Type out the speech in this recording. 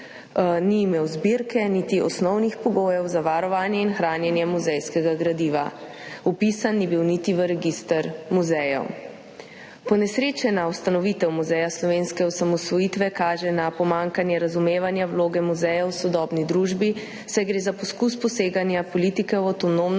Ni imel zbirke niti osnovnih pogojev za varovanje in hranjenje muzejskega gradiva. Vpisan ni bil niti v register muzejev. Ponesrečena ustanovitev Muzeja slovenske osamosvojitve kaže na pomanjkanje razumevanja vloge muzejev v sodobni družbi, saj gre za poskus poseganja politike v avtonomno